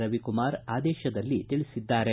ರವಿಕುಮಾರ್ ಆದೇಶದಲ್ಲಿ ತಿಳಿಸಿದ್ದಾರೆ